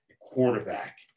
quarterback